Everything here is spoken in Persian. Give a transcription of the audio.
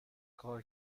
کار